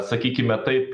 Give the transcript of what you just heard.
sakykime taip